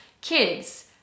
kids